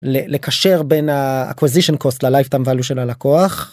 לקשר בין ה-acquisition cost ל-lifetime value של הלקוח.